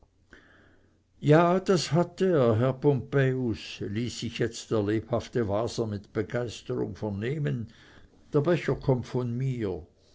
ja das hat er herr pompejus ließ sich jetzt der lebhafte waser mit begeisterung vernehmen der becher kommt von mir